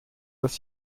das